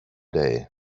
day